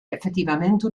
effettivamente